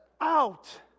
out